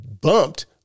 bumped